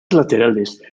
laterales